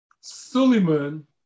Suleiman